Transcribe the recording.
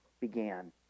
began